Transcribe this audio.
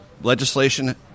legislation